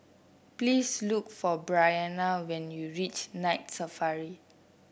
please look for Bryanna when you reach Night Safari